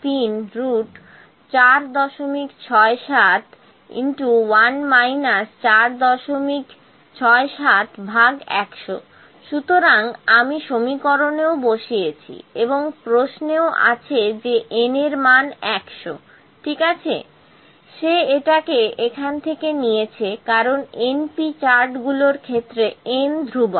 LCL 467 34671 467100 সুতরাং আমি সমীকরণেও বসিয়েছি এবং প্রশ্নেও আছে যে N এর মান হলো 100 ঠিক আছে সে এটাকে এখান থেকে নিয়েছে কারণ np চার্টগুলোর ক্ষেত্রে N ধ্রুবক